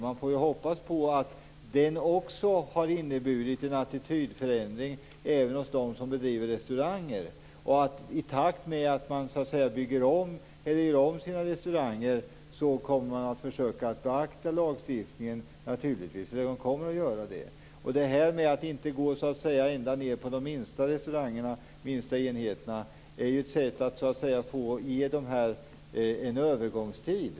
Man får ju hoppas på att den har inneburit en attitydförändring även hos dem som driver restauranger och att de kommer att beakta lagstiftningen när de bygger om sina restauranger. Detta med att inte omfatta de allra minsta restaurangerna, de minsta enheterna, är ju ett sätt att ge dem en övergångstid.